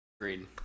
agreed